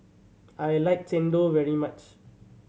I like chendol very much